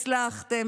הצלחתם,